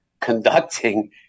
conducting